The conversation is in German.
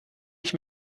ich